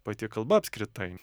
pati kalba apskritai